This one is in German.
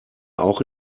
auch